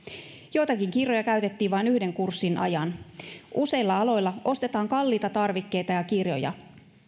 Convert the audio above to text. joitakin kirjoja käytettiin vain yhden kurssin ajan useilla aloilla ostetaan kalliita tarvikkeita ja kirjoja